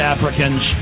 Africans